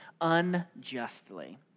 unjustly